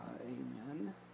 Amen